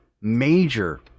major